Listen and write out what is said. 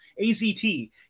AZT